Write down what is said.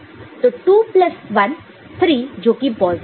तो 2 प्लस 1 3 जोकि पॉजिटिव है